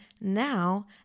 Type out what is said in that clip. now